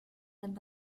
and